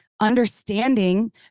understanding